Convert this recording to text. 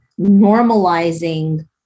normalizing